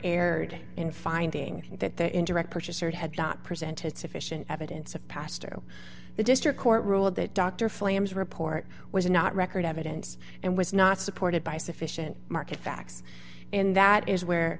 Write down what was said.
erred in finding that there in direct purchase or had not presented sufficient evidence of past or the district court ruled that dr flames report was not record evidence and was not supported by sufficient market facts and that is where